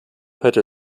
hörte